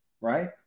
right